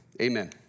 Amen